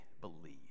believe